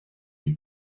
die